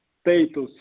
status